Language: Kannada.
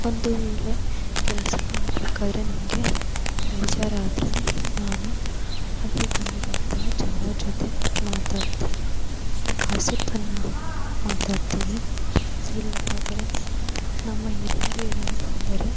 ಒಂದು ವೇಳೆ ಕೆಲಸ ಮಾಡ್ಬೇಕಾದ್ರೆ ನನಗೆ ಬೇಜಾರಾದ್ರೆ ನಾನು ಅಲ್ಲಿ ಬಂದಿರುವಂತಹ ಜನರ ಜೊತೆ ಮಾತಾಡ್ತೀನಿ ಗಾಸಿಪ್ ಅನ್ನು ಮಾತಾಡ್ತೀನಿ ಇಲ್ಲವಾದರೆ ನಮ್ಮ ಹಿರಿಯರು ಏನಾದ್ರು ಬಂದರೆ